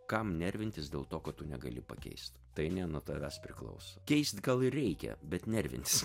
kam nervintis dėl to ko tu negali pakeist tai ne nuo tavęs priklauso keist gal ir reikia bet nervintis